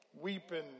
weeping